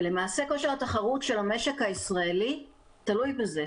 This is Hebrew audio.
ולמעשה כושר התחרות של המשק הישראלי תלוי בזה.